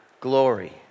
glory